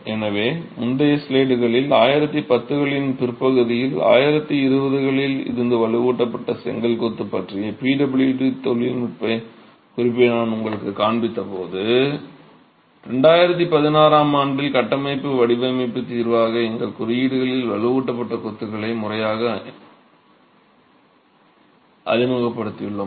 எனவே முந்தைய ஸ்லைடுகளில் 1910களின் பிற்பகுதியில் 1920 களில் இருந்த வலுவூட்டப்பட்ட செங்கல் கொத்து பற்றிய PWD தொழில்நுட்பக் குறிப்பை நான் உங்களுக்குக் காண்பித்தபோது 2016 ஆம் ஆண்டில்தான் கட்டமைப்பு வடிவமைப்பு தீர்வாக எங்கள் குறியீடுகளில் வலுவூட்டப்பட்ட கொத்துகளை முறையாக அறிமுகப்படுத்தியுள்ளோம்